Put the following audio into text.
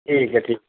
ਠੀਕ ਹੈ ਠੀਕ